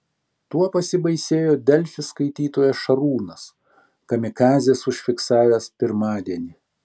tuo pasibaisėjo delfi skaitytojas šarūnas kamikadzes užfiksavęs pirmadienį